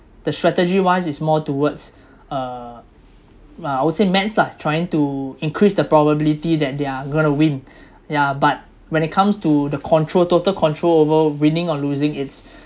the strategy wise is more towards uh ah I would say maths lah trying to increase the probability that they are going to win yeah but when it comes to the control total control over winning or losing it's